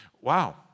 wow